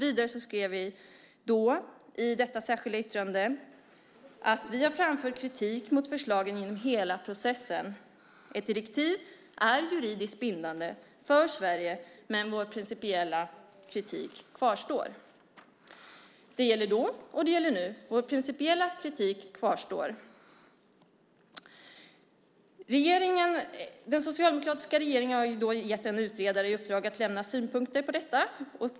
I samma särskilda yttrande skrev vi även att "vi har framfört kritik mot förslagen genom hela processen. Ett direktiv är juridiskt bindande för Sverige, men vår principiella kritik kvarstår." Detta gällde då och det gäller nu. Vår principiella kritik kvarstår. Den socialdemokratiska regeringen gav en utredare i uppdrag att lämna synpunkter på förslaget.